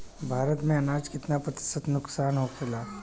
भारत में अनाज कितना प्रतिशत नुकसान होखेला?